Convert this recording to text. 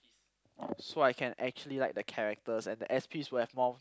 so I can actually like the characters and the S_Ps will have more